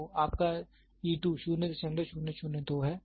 तो आपका e 2 0002 है